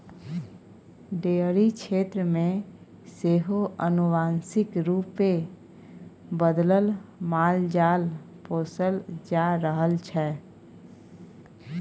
dairy क्षेत्र मे सेहो आनुवांशिक रूपे बदलल मालजाल पोसल जा रहल छै